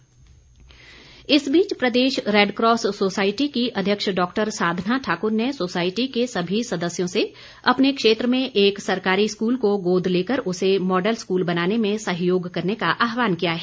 model school इस बीच प्रदेश रैडक्रॉस सोसायटी की अध्यक्ष डॉक्टर साधना ठाकुर ने सोसायटी के सभी सदस्यों से अपने क्षेत्र में एक सरकारी स्कूल को गोद लेकर उसे मॉडल स्कूल बनाने में सहयोग करने का आहवान किया है